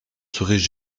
seraient